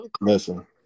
Listen